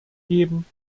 geben